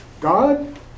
God